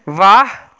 ਵਾਹ